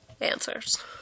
answers